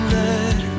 let